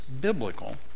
biblical